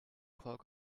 clog